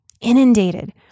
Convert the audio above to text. inundated